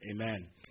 Amen